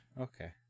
Okay